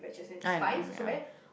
I know ya